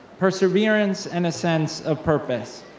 perseverance and a sense of purpose.